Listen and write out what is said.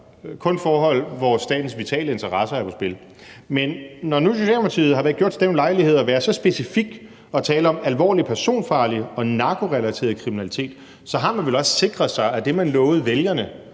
kun forhold, hvor statens vitale interesser er på spil. Men når nu Socialdemokratiet har gjort sig den ulejlighed at være så specifik og tale om alvorlig personfarlig og narkorelateret kriminalitet, så har man vel også sikret sig, at det, man lovede vælgerne,